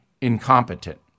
incompetent